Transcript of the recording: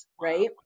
right